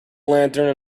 lantern